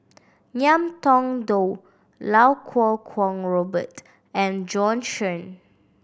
Ngiam Tong Dow Lau Kuo Kwong Robert and Bjorn Shen